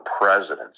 presidents